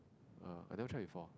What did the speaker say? err I never try before